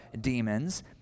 demons